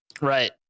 Right